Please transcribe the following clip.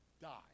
die